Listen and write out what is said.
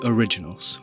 Originals